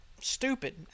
Stupid